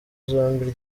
zombi